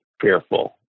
fearful